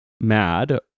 mad